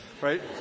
Right